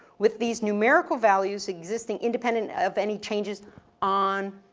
with these numerical values existing independent of any changes on